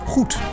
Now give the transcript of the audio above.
Goed